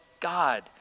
God